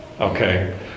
Okay